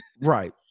Right